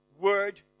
Word